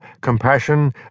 compassion